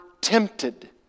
Tempted